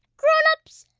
grown-ups,